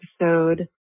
episode